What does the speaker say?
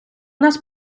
нас